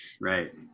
right